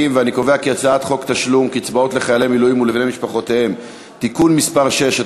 חוק תשלום קצבאות לחיילי מילואים ולבני-משפחותיהם (תיקון מס' 6),